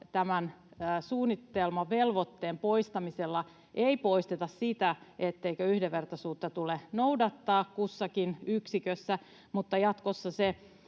tämän suunnitelmavelvoitteen poistamisella ei poisteta sitä, etteikö yhdenvertaisuutta tule noudattaa kussakin yksikössä, mutta jatkossa